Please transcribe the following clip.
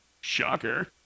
Shocker